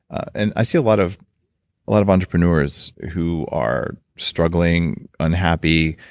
and i see a lot of lot of entrepreneurs who are struggling, unhappy.